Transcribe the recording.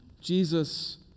Jesus